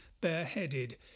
bareheaded